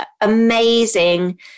amazing